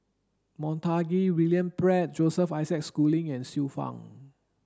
Montague William Pett Joseph Isaac Schooling and Xiu Fang